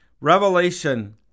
Revelation